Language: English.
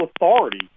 authority